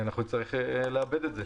אנחנו נצטרך לעבד את זה.